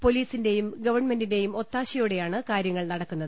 പൊലീസിന്റെയും ഗവൺമെന്റിന്റേയും ഒത്താശയോടെയാണ് കാര്യങ്ങൾ നടക്കുന്നത്